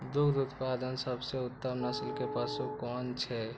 दुग्ध उत्पादक सबसे उत्तम नस्ल के पशु कुन छै?